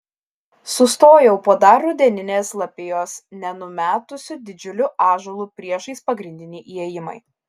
sustojau po dar rudeninės lapijos nenumetusiu didžiuliu ąžuolu priešais pagrindinį įėjimą